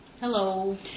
Hello